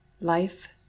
life